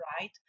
right